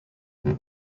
nei